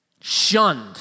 shunned